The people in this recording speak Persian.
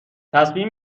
تصمیم